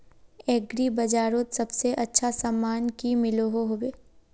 Agri बजारोत सबसे अच्छा सामान की मिलोहो होबे?